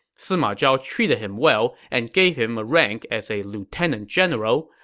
sima zhao treated him well and gave him a rank as a lieutenant general,